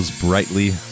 brightly